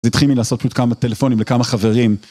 זה התחיל מלעשות עוד כמה טלפונים לכמה חברים.